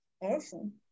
Awesome